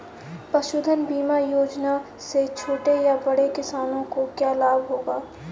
पशुधन बीमा योजना से छोटे या बड़े किसानों को क्या लाभ होगा?